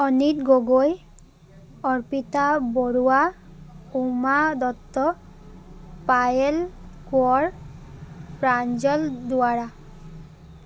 Anit Gogoi Arpita Baruah Uma Dutta Payel Konwar Pranjal Duwara